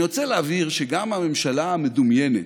אני רוצה להבהיר שגם הממשלה המדומיינת,